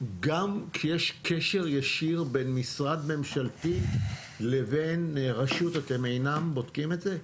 גם כשישי קשר ישיר במשרד ממשלתי לבין רשות אתם אינכם בודקים את זה?